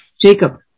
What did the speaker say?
Jacob